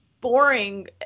boring